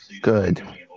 Good